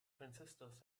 transistors